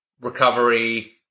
recovery